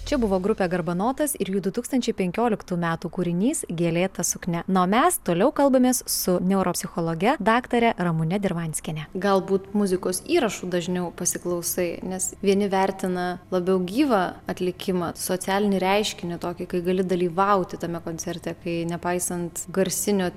čia buvo grupė garbanotas ir jų du tūkstančiai penkioliktų metų kūrinys gėlėta suknia na o mes toliau kalbamės su neuropsichologe daktare ramune dirvanskiene galbūt muzikos įrašų dažniau pasiklausai nes vieni vertina labiau gyvą atlikimą socialinį reiškinį tokį kai gali dalyvauti tame koncerte kai nepaisant garsinio